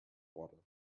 water